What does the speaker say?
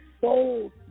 sold